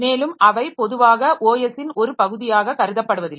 மேலும் அவை பொதுவாக OS ன் ஒரு பகுதியாக கருதப்படுவதில்லை